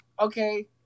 okay